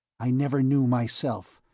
i never knew myself.